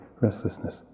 restlessness